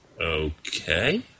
Okay